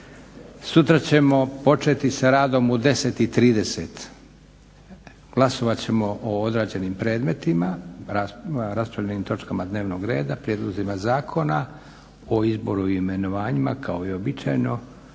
Sutra ćemo početi sa radom u 10,30, glasovat ćemo o odrađenim predmetima, raspravljenim točkama dnevnog reda, prijedlozima zakona, o izboru i imenovanjima kao i uobičajeno.